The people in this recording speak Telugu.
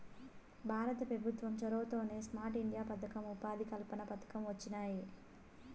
భారత పెభుత్వం చొరవతోనే స్మార్ట్ ఇండియా పదకం, ఉపాధి కల్పన పథకం వొచ్చినాయి